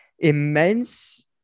Immense